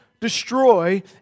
destroy